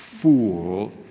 fool